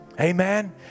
Amen